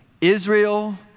Israel